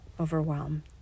overwhelm